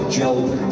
joke